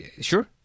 sure